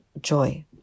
joy